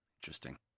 Interesting